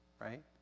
right